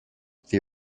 the